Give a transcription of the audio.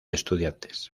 estudiantes